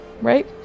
right